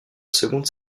seconde